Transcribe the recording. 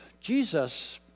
Jesus